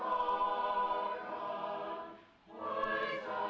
oh oh